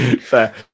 Fair